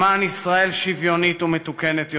למען ישראל שוויונית ומתוקנת יותר,